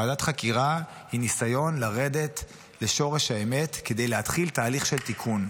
ועדת חקירה היא ניסיון לרדת לשורש האמת כדי להתחיל תהליך של תיקון.